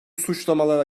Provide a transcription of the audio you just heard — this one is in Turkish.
suçlamalara